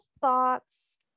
thoughts